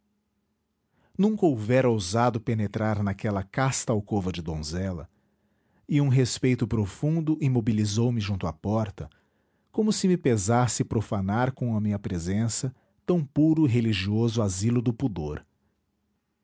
nunca houvera ousado penetrar naquela casta alcova de donzela e um respeito profundo imobilizou me junto à porta como se me pesasse profanar com a minha presença tão puro e religioso asilo do pudor